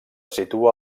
situa